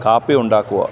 കാപ്പി ഉണ്ടാക്കുക